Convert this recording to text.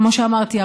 כמו שאמרתי,